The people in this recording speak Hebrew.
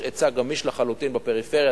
יש היצע גמיש לחלוטין בפריפריה,